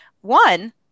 one